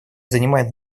занимает